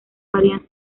varían